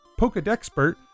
Pokedexpert